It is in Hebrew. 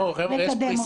לא, אני לא חושב.